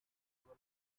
pasta